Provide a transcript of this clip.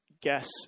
guess